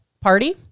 party